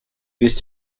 fuse